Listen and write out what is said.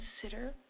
consider